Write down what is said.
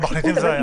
במחליטים זה היה.